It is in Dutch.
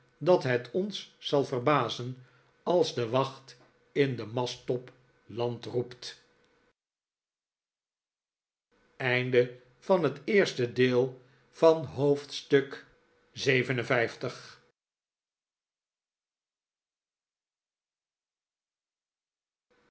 dat het ons zal verbazen als de wacht in den masttop land roept